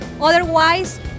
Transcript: otherwise